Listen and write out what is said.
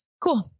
Cool